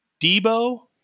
Debo